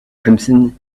crimson